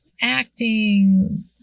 acting